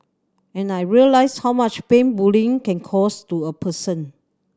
and I realised how much pain bullying can cause to a person